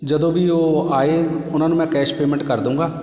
ਜਦੋਂ ਵੀ ਉਹ ਆਏ ਉਹਨਾਂ ਨੂੰ ਮੈਂ ਕੈਸ਼ ਪੇਮੈਂਟ ਕਰ ਦੂੰਗਾ